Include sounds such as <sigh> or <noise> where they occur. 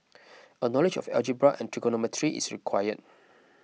<noise> a knowledge of algebra and trigonometry is required